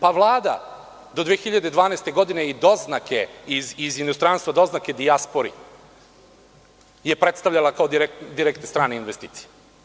Pa Vlada do 2012. godine i doznake iz inostranstva, doznake dijaspori je predstavljala kao direktne strane investicije.